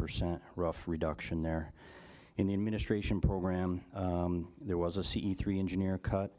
percent rough reduction there in the administration program there was a c three engineer cut